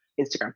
Instagram